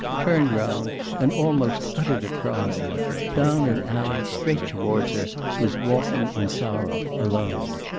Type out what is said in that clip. turned round, and almost uttered a cry down an alley straight towards her was walking insarov, alone.